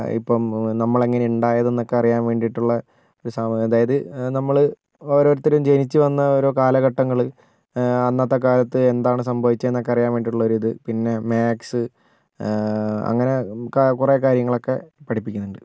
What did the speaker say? ഇപ്പം നമ്മളെങ്ങനാണ് ഉണ്ടായത് എന്നൊക്കെ അറിയാൻ വേണ്ടിട്ടുള്ള ഒരു അതായത് നമ്മൾ ഓരോരുത്തരും ജനിച്ചു വന്ന ഓരോ കാലഘട്ടങ്ങൾ അന്നത്തെ കാലത്ത് എന്താണ് സംഭവിച്ചത് എന്നൊക്കെ അറിയാൻ വേണ്ടിട്ടുള്ള ഇത് പിന്നെ മാക്സ് അങ്ങനെ ഒക്കെ കുറെ കാര്യങ്ങളൊക്കെ പഠിപ്പിക്കുന്നുണ്ട്